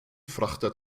frachter